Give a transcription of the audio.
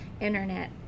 internet